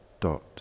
dot